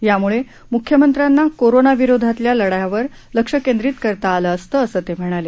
यामुळे मुख्यमंत्र्यांना कोरोना विरोधातल्या लढ्यावर लक्ष केंद्रित करता आलं असतं असं ते म्हणाले